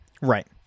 Right